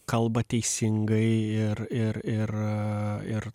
kalba teisingai ir ir ir ir